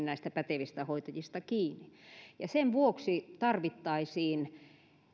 näistä pätevistä hoitajista kiinni sen vuoksi tarvittaisiin